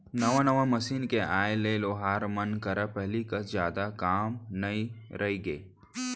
नवा नवा मसीन के आए ले लोहार मन करा पहिली कस जादा काम नइ रइगे